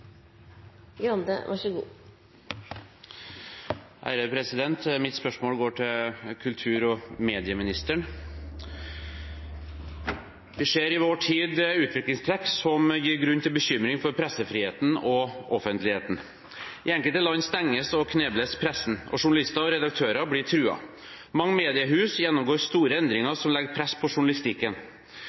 Mitt spørsmål går til kultur- og medieministeren. Vi ser i vår tid utviklingstrekk som gir grunn til bekymring for pressefriheten og offentligheten. I enkelte land stenges og knebles pressen, og journalister og redaktører blir truet. Mange mediehus gjennomgår store endringer som legger press på journalistikken.